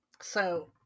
So-